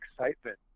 excitement